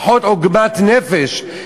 פחות עוגמת נפש,